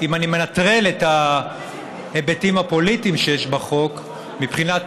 אם אני מנטרל את ההיבטים הפוליטיים שיש בחוק מבחינת